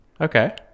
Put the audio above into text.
Okay